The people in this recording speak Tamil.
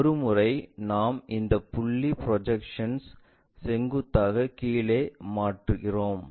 ஒருமுறை நாம் இந்த புள்ளி ப்ரொஜெக்ஷன்ஸ் செங்குத்தாக கீழே மாற்றுகிறோம்